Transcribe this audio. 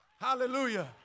Hallelujah